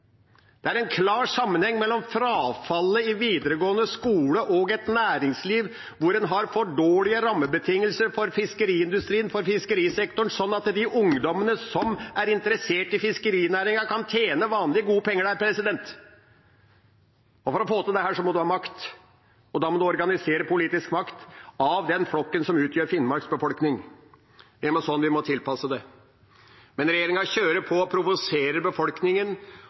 Det er en klar sammenheng mellom frafallet i videregående skole og et næringsliv hvor en har for dårlige rammebetingelser for fiskeriindustrien, for fiskerisektoren, slik at de ungdommene som er interessert i fiskerinæringen, kan tjene vanlige, gode penger der. Og for å få til det må en ha makt, og da må en organisere politisk makt av den flokken som utgjør Finnmarks befolkning. Det er sånn vi må tilpasse det. Men regjeringa kjører på og provoserer befolkningen,